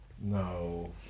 No